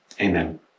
Amen